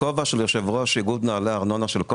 בכובע של יושב-ראש איגוד מנהלי ארנונה של כל